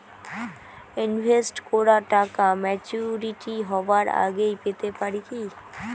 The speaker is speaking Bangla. ইনভেস্ট করা টাকা ম্যাচুরিটি হবার আগেই পেতে পারি কি?